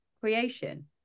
creation